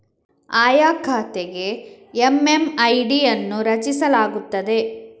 ಆಯಾ ಖಾತೆಗೆ ಎಮ್.ಎಮ್.ಐ.ಡಿ ಅನ್ನು ರಚಿಸಲಾಗುತ್ತದೆ